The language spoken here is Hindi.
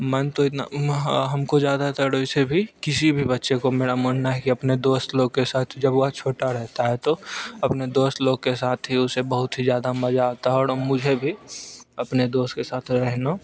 मन तो इतना हमको ज़्यादातर वैसे भी किसी भी बच्चे को मेरा मानना है कि अपने दोस्त लोगों के साथ जब वह छोटा रहता है तो अपने दोस्त लोग के साथ ही उसे बहुत ही ज़्यादा मज़ा आता है और मुझे भी अपने दोस्त के साथ रहने